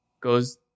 goes